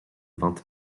vingt